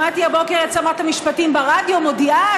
שמעתי הבוקר את שרת המשפטים ברדיו מודיעה